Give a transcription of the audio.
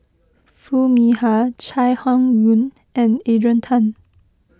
Foo Mee Har Chai Hon Yoong and Adrian Tan